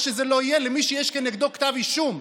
שזה לא יהיה למי שיש כנגדו כתב אישום.